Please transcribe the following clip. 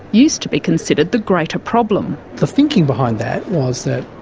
used to be considered the greater problem. the thinking behind that was that